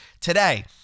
today